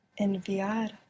Enviar